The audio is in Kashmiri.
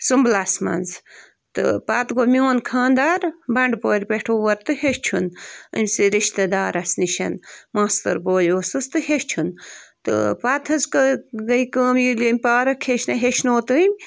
سُمبلس منٛز تہٕ پتہٕ گوٚو میٛون خانٛدار بنٛڈٕ پورِ پٮ۪ٹھ اور تہٕ ہیٛچھُن أمۍسٕے رِشتہٕ دارس نِش ماستُر بوے اوسُس تہٕ ہیٚچھُن تہٕ پتہٕ حظ کٔے گٔے کٲم ییٚلہِ أمۍ پارٕک ہیٚچھنا ہیٛچھنو تٔمۍ